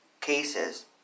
cases